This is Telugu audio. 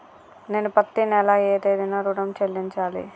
నేను పత్తి నెల ఏ తేదీనా ఋణం చెల్లించాలి?